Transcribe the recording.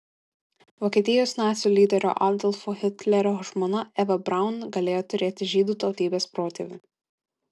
vokietijos nacių lyderio adolfo hitlerio žmona eva braun galėjo turėti žydų tautybės protėvių